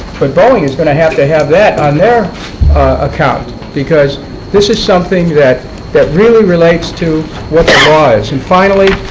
but boeing is going to have to have that on their account because this is something that that really relates to the law is. and finally,